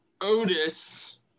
otis